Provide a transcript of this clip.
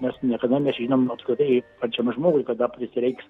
mes niekada nežinom apskritai pačiam žmogui kada prisireiks